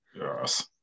yes